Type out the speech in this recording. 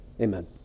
amen